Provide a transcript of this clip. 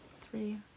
three